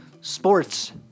sports